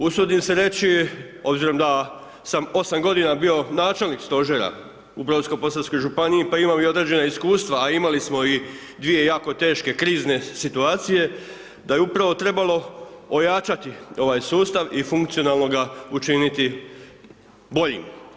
Usudim se reći obzirom da sam 8 godina bio načelnik stožera u Brodsko-posavskoj županiji pa imam i određena iskustva, a imali smo i 2 jako teške krizne situacije, da je upravo trebalo ojačati ovaj sustav i funkcionalno ga učiniti boljim.